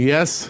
Yes